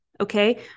okay